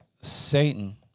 Satan